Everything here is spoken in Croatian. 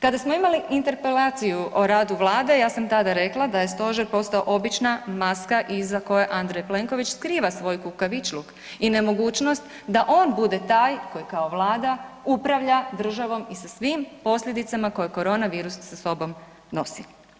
Kada smo imali interpelaciju o radu Vlade ja sam tada rekla da je stožer postao obična maska iza koje Andrej Plenković skriva svoj kukavičluk i nemogućnost da on bude taj koji kao Vlada upravlja državom i sa svim posljedicama koje koronavirus sa sobom nosi.